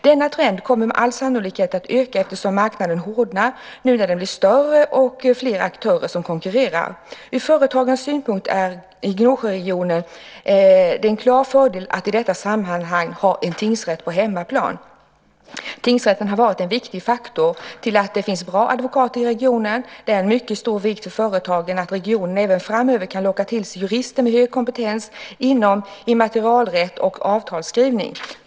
Denna trend kommer med all sannolikhet att öka eftersom marknaden hårdnar nu när den blir mycket större och fler aktörer konkurrerar. Ur företagens synpunkt i Gnosjöregionen är det en klar fördel att i detta sammanhang ha en tingsrätt på hemmaplan. Tingsrätten har varit en viktig faktor till att det finns bra advokater i regionen. Det är av mycket stor vikt för företagen att regionen även framöver kan locka till sig jurister med hög kompetens inom immaterialrätt och avtalsskrivning.